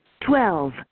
Twelve